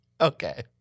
Okay